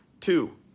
two